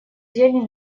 зелени